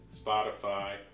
Spotify